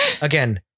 again